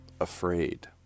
afraid